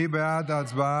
מי בעד?